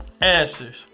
answers